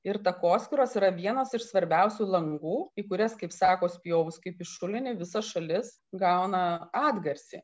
ir takoskyros yra vienas iš svarbiausių langų į kurias kaip sako spjovus kaip į šulinį visa šalis gauna atgarsį